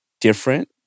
different